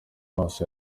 maso